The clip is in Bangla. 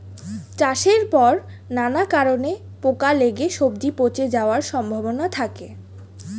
চাষের পর নানা কারণে পোকা লেগে সবজি পচে যাওয়ার সম্ভাবনা থাকে